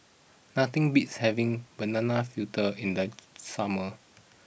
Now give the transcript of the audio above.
nothing beats having Banana Fritter in the summer